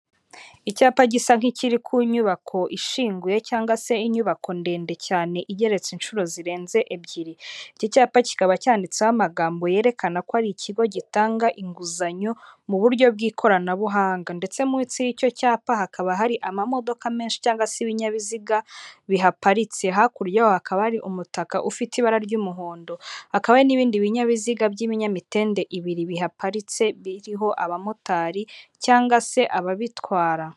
Icyapa gisa nk'ikiri ku nyubako ishinguye cyangwa se inyubako ndende cyane igereretse inshuro zirenze ebyiri. Iki cyapa kikaba cyanditseho amagambo yerekana ko ari ikigo gitanga inguzanyo mu buryo bw'ikoranabuhanga, ndetse munsi y'icyo cyapa hakaba hari amamodoka menshi cyangwa se ibinyabiziga bihaparitse, hakurya hakaba hari umutaka ufite ibara ry'umuhondo, hakaba n'ibindi binyabiziga by'ibinyamitende ibiri bihaparitse biriho abamotari cyangwa se ababitwara.